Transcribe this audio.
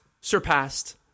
surpassed